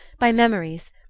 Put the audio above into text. by memories,